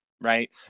right